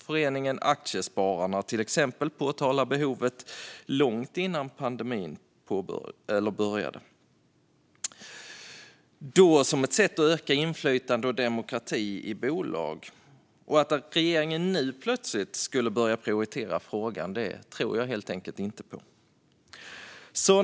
Föreningen Aktiespararna pekade på behovet långt innan pandemin började, då som ett sätt att öka inflytandet och demokratin i bolag. Att regeringen nu plötsligt skulle börja prioritera frågan tror jag helt enkelt inte på.